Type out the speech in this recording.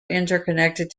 interconnected